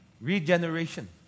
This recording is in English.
Regeneration